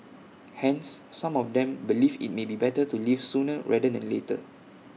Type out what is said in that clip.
hence some of them believe IT may be better to leave sooner rather than later